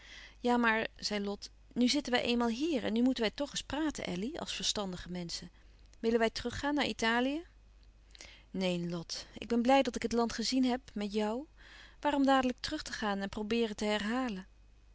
ja maar zei lot nu zitten wij eenmaal hier en nu moeten wij toch eens praten elly als verstandige menschen willen wij teruggaan naar italië neen lot ik ben blij dat ik het land gezien heb met jou waarom dadelijk terug te gaan en probeeren te herhalen